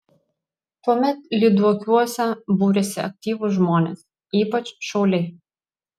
tuomet lyduokiuose būrėsi aktyvūs žmonės ypač šauliai